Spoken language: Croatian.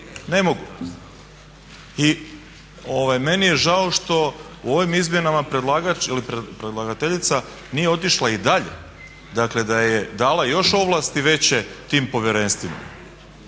ne mogu. I meni je žao što u ovim izmjenama predlagač ili predlagateljica nije otišla i dalje dakle da je dala još ovlasti veće tim povjerenstvima.